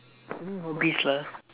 any hobbies lah